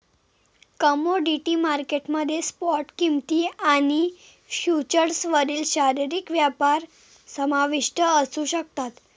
commodity market मध्ये spot किंमती आणि फ्युचर्सवरील शारीरिक व्यापार समाविष्ट असू शकतात